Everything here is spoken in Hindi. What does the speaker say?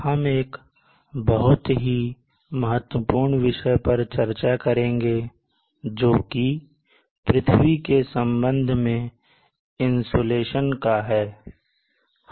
हम एक बहुत ही महत्वपूर्ण विषय पर चर्चा करेंगे जोकि पृथ्वी के संबंध में इंसुलेशन का है